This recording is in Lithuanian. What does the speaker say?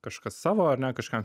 kažkas savo ar ne kažkam